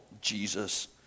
Jesus